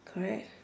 correct